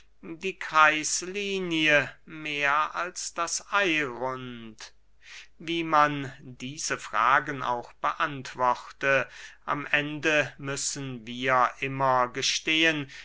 die kreislinie mehr als das eyrund wie man diese fragen auch beantworte am ende müssen wir immer gestehen